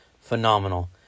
phenomenal